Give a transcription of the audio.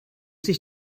sich